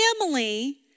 family